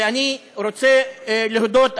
ואני רוצה להודות,